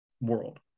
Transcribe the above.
world